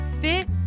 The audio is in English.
fit